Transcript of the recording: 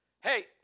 Hey